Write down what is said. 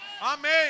Amen